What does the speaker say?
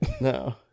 No